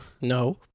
No